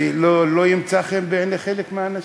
וזה לא ימצא חן בעיני חלק מהאנשים: